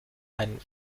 ein